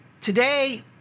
Today